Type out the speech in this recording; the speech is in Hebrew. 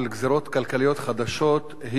על גזירות כלכליות חדשות,